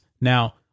Now